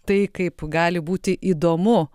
tai kaip gali būti įdomu